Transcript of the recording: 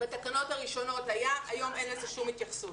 בתקנות הראשונות הייתה התייחסות אבל היום אין שום התייחסות.